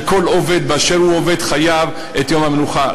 שלכל עובד באשר הוא עובד יהיה יום מנוחה.